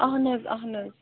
اَہَن حظ اَہن حظ